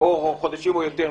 יותר מכך.